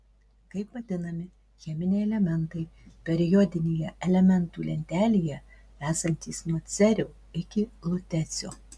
kaip vadinami cheminiai elementai periodinėje elementų lentelėje esantys nuo cerio iki lutecio